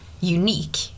unique